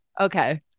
okay